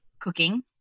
cooking